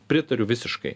pritariu visiškai